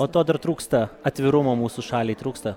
o to dar trūksta atvirumo mūsų šaliai trūksta